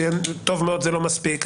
טוב מאוד זה לא מספיק.